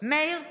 מאיר פרוש,